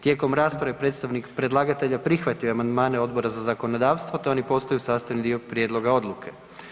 Tijekom rasprave predstavnik predlagatelja prihvatio je amandmane Odbora za zakonodavstvo, te oni postaju sastavni dio prijedloga odluke.